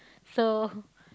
so